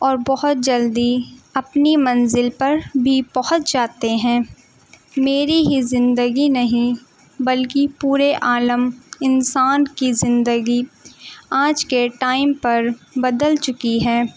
اور بہت جلدی اپنی منزل پر بھی پہنچ جاتے ہیں میری ہی زندگی نہیں بلکہ پورے عالمِ انسان کی زندگی آج کے ٹائم پر بدل چکی ہے